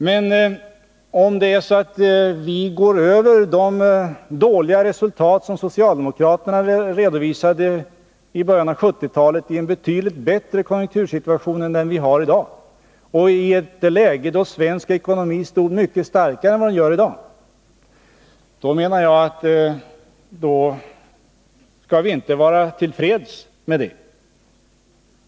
Men om vi går över de dåliga resultat som socialdemokraterna redovisade i början av 1970-talet i en betydligt bättre konjunktursituation än den som vi i dag befinner oss i och i ett läge då svensk ekonomi stod mycket starkare än den gör i dag, kan vi inte vara tillfreds därmed.